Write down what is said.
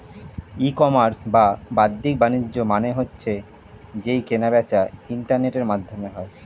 ই commerce বা বাদ্দিক বাণিজ্য মানে হচ্ছে যেই কেনা বেচা ইন্টারনেটের মাধ্যমে হয়